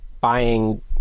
buying